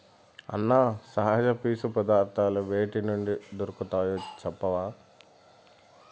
అన్నా, సహజ పీచు పదార్థాలు వేటి నుండి దొరుకుతాయి చెప్పవా